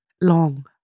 long